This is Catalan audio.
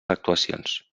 actuacions